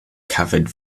covered